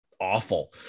awful